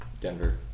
Denver